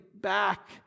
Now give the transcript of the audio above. back